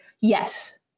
yes